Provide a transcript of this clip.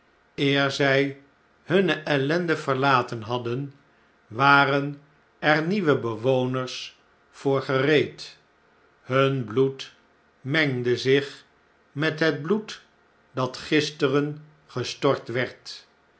eer zjj hunne ellende verlaten badden waren er nieuwe bewoners voor gereed hun bloed mengde zich met het bloed dat gisteren gestort werd